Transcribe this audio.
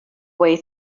way